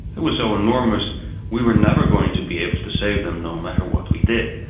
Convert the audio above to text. it was so enormous we were never going to be able to save them, no matter what we did.